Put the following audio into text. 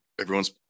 Everyone's